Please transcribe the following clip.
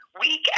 week